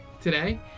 today